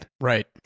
Right